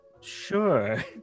sure